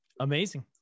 Amazing